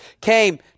came